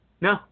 No